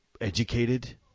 educated